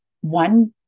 One